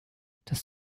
das